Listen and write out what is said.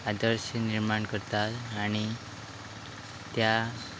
आदर्श निर्माण करतात आनी त्या